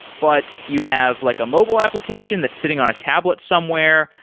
but you have like a mobile application that's sitting on a tablet somewhere.